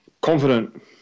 Confident